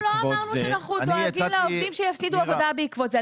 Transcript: אנחנו לא אמרנו שאנחנו דואגים לעובדים שיפסידו עבודה בעקבות זה.